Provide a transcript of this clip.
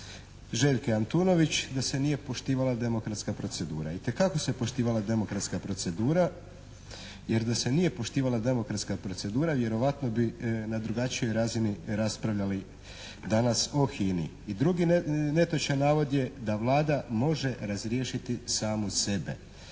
Željke Antunović da se nije poštivala demokratska procedura. Itekako se poštivala demokratska procedura jer da se nije poštivala demokratska procedura vjerojatno bi na drugačijoj razini raspravljali danas o HINA-i. I drugi netočan navod je da Vlada može razriješiti samu sebe.